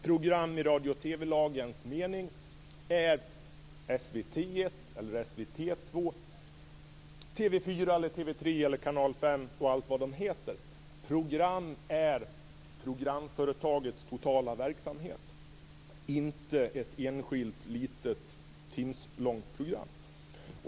Program i radio och TV lagens mening är SVT 1, SVT 2, TV 3, TV 4 eller kanal 5 och allt vad de heter. Program är programföretagets totala verksamhet, inte ett enskilt litet timslångt program.